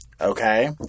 Okay